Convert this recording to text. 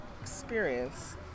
experience